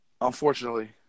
unfortunately